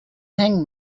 hang